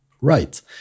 Right